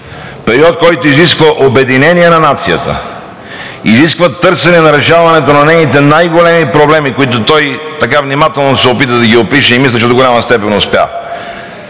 период, който изисква обединение на нацията, изисква търсенето и решаването на нейните най-големи проблеми, които той така внимателно се опита да ги опише, и мисля, че до голяма степен успя,